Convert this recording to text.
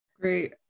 great